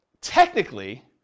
technically